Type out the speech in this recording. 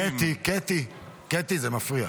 קטי, קטי, זה מפריע.